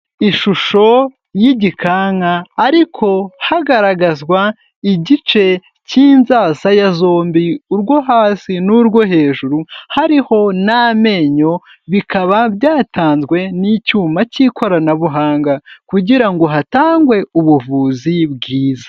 Ishusho y'igikanka ariko hagaragazwa igice cy'inzasaya zombi urwo hasi n'urwo hejuru, hariho n'amenyo bikaba byatanzwe n'icyuma cy'ikoranabuhanga kugira ngo hatangwe ubuvuzi bwiza.